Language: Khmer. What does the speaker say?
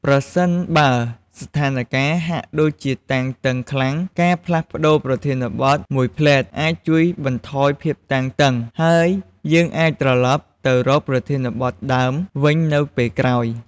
ប្រសិនបើស្ថានការណ៍ហាក់ដូចជាតានតឹងខ្លាំង ការផ្លាស់ប្តូរប្រធានបទមួយភ្លែតអាចជួយបន្ថយភាពតានតឹង ហើយយើងអាចត្រឡប់ទៅរកប្រធានបទដើមវិញនៅពេលក្រោយ។